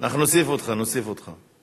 הזה: "הארץ נכבשת בהליכה".